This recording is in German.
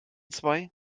zwei